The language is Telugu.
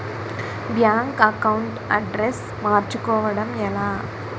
బ్యాంక్ అకౌంట్ అడ్రెస్ మార్చుకోవడం ఎలా?